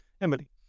emily